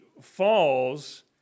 falls